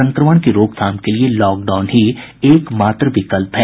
संक्रमण की रोकथाम के लिए लॉकडाउन ही एक मात्र विकल्प है